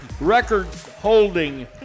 record-holding